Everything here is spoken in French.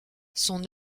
son